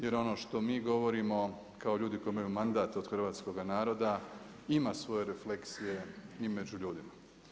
Jer ono što mi govorimo kao ljudi koji imaju mandat od hrvatskoga naroda ima svoje refleksije i među ljudima.